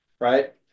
right